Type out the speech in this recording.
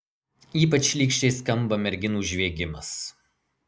ypač šlykščiai skamba merginų žviegimas